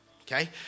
Okay